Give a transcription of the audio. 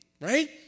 Right